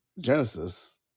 Genesis